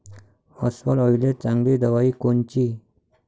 अस्वल अळीले चांगली दवाई कोनची?